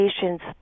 patients